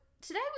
today